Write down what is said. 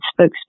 spokesperson